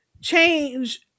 change